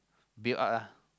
build out ah